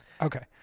Okay